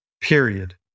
Period